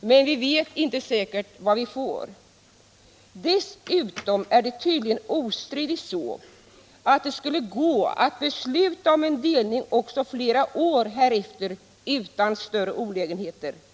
men vi vet inte säkert vad vi får. Dessutom är det tydligen ostridigt så att det skulle gå att besluta om en delning också flera år härefter utan större olägenheter.